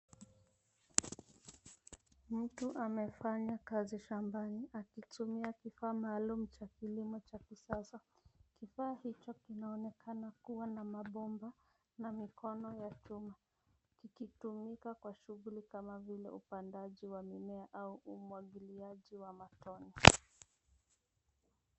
Mtu amefanya kazi shambani akitumia kifaa maalum cha kulima cha kusaza, kifaa hicho kina onekana kuwa na mabomba na mikono ya chuma kikitumika kwa shughuli kama vile upandaji wa mimea au umwagiliaji wa matone.